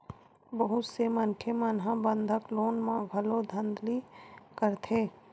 बहुत से मनखे मन ह बंधक लोन म घलो धांधली करथे